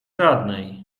żadnej